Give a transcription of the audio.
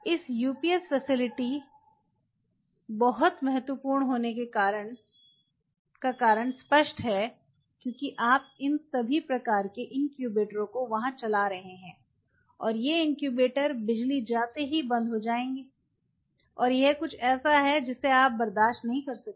इस UPS facility बहुत महत्वपूर्ण होने का कारन स्पष्ट है क्योंकि आप इन सभी प्रकार के इन्क्यूबेटरों को वहां चला रहे हैं और ये इनक्यूबेटर बिजली जाते ही बंद हो जाएंगे और यह कुछ ऐसा है जिसे आप बर्दाश्त नहीं कर सकते